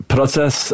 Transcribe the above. Proces